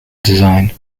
design